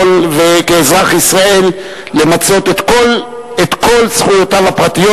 כאזרח ישראל למצות את כל זכויותיו הפרטיות.